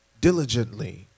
diligently